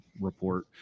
report